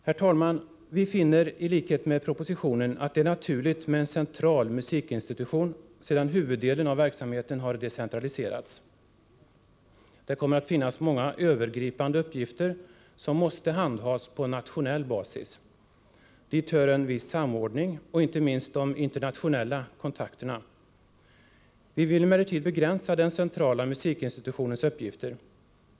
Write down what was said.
Herr talman! Vi finner — i likhet med propositionen — att det är naturligt med en central musikinstitution, sedan huvuddelen av verksamheten har decentraliserats. Det kommer att finnas många övergripande uppgifter, som måste handhas på nationell basis. Dit hör en viss samordning och inte minst de internationella kontakterna. Vi vill emellertid begränsa den centrala musikinstitutionens uppgifter.